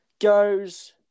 goes